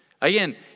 Again